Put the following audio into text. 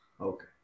Okay